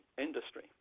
industry